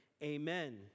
amen